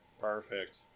Perfect